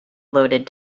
loaded